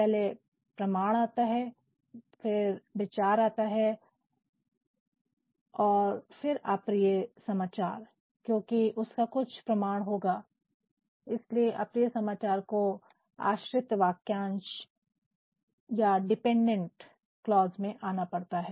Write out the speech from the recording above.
पहले प्रमाण आता है विचार आता है और फिर अप्रिय समाचार क्योंकि उसका कुछ प्रमाण होगा इसलिए अप्रिय समाचार कोआश्रित वाक्यांश या डिपेंडेंट क्लॉज़स में आना पड़ता है